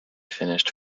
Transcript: finished